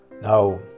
Now